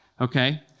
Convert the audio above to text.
okay